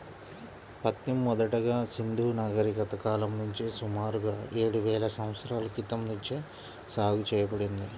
పత్తి మొదటగా సింధూ నాగరికత కాలం నుంచే సుమారుగా ఏడువేల సంవత్సరాల క్రితం నుంచే సాగు చేయబడింది